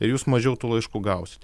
ir jūs mažiau tų laiškų gausit